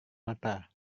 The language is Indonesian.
mata